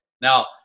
Now